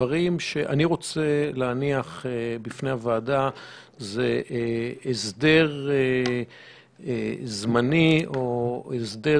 אני רוצה להניח בפני הוועדה הסדר זמני או הסדר